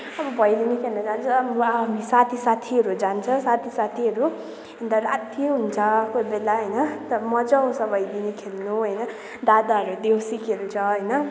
अब भैलिनी खेल्न जान्छौँ हामी साथी साथीहरू जान्छ साथी साथीहरू अन्त राति हुन्छ कोही बेला होइन त मजा आउँछ भैलिनी खेल्नु होइन दादाहरू देउसी खेल्छ होइन